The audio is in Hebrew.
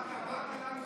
לנו בארבע עיניים?